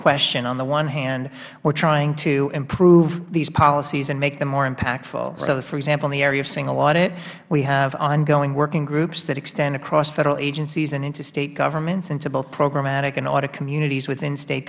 question on the one hand we are trying to improve these policies and make them more impactful so for example in the area of single audit we have ongoing working groups that extend across federal agencies and into state governments into both programmatic and audit communities within the state